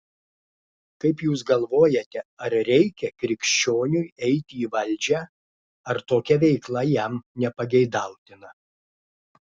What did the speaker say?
kaip jūs galvojate ar reikia krikščioniui eiti į valdžią ar tokia veikla jam nepageidautina